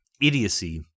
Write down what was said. idiocy